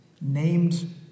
named